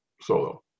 solo